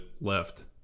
left